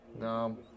No